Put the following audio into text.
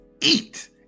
eat